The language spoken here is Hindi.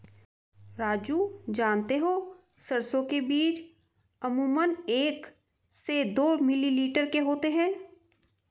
राजू जानते हो सरसों के बीज अमूमन एक से दो मिलीमीटर के होते हैं